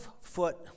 foot